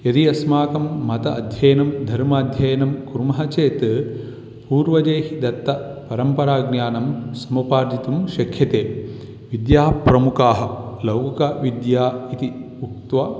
यदि अस्माकं मतम् अध्ययनं धर्मम् अध्ययनं कुर्मः चेत् पूर्वजैः दत्तं परम्पराज्ञानं सम्पादयितुं शक्यते विद्या प्रमुखाः लौकविद्या इति उक्त्वा